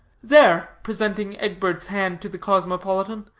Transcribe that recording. there, presenting egbert's hand to the cosmopolitan,